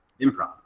improv